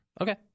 Okay